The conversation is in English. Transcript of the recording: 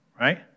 Right